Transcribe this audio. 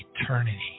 eternity